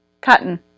Cotton